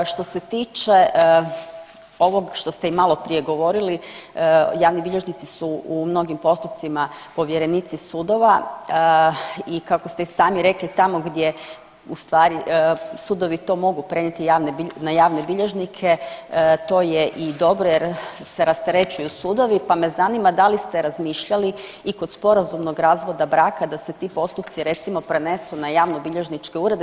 Što se tiče ovog što ste i maloprije govorili, javni bilježnici su u mnogim postupcima povjerenici sudova i kako ste i sami rekli tamo gdje u stvari sudovi to mogu prenijeti na javne bilježnike to je i dobro jer se rasterećuju sudovi, pa me zanima da li ste razmišljali i kod sporazumnog razvoda braka da se ti postupci recimo prenesu na javnobilježničke urede.